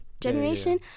generation